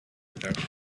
without